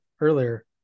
earlier